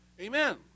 Amen